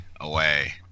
away